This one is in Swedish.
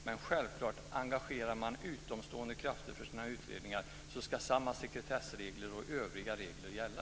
Om man engagerar utomstående krafter för sina utredningar ska självklart samma sekretessregler och övriga regler gälla.